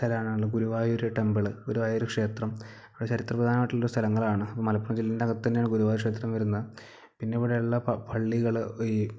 സ്ഥലമാണ് ഉള്ളത് ഗുരുവായൂര് ടെമ്പിള് ഗുരുവായൂര് ക്ഷേത്രം ചരിത്രപ്രധാനമായിട്ടുള്ള സ്ഥലങ്ങളാണ് മലപ്പുറം ജില്ലേൻ്റെ അകത്ത് തന്നെയാണ് ഗുരുവായൂര് ക്ഷേത്രം വരുന്നത് പിന്നെ ഇവിടെയുള്ള പള്ളികള് ഈ